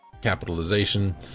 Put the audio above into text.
capitalization